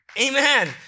Amen